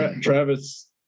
Travis